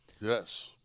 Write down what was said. Yes